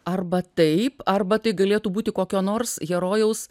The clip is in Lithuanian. arba taip arba tai galėtų būti kokio nors herojaus